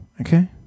okay